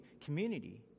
community